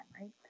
right